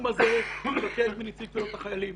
אני רוצה לבקש בפורום הזה מנציב קבילות החיילים